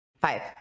Five